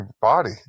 body